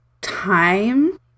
time